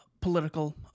political